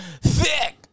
Thick